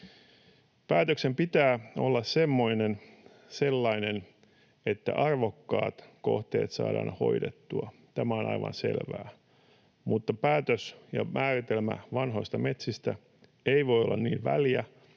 Päätöksen pitää olla sellainen, että arvokkaat kohteet saadaan hoidettua. Tämä on aivan selvää, mutta päätös ja määritelmä vanhoista metsistä ei voi olla niin väljä,